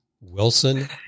Wilson